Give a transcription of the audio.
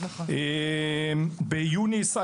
ביוני 2022,